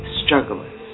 strugglers